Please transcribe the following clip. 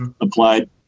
applied